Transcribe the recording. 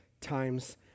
times